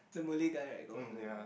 the Malay guy right got one Malay guy